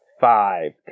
Five